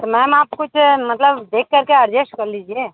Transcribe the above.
तो मैम आप कुछ मतलब देख करके अडजेस्ट कर लीजिए